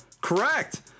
Correct